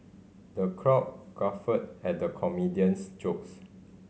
the crowd guffawed at the comedian's jokes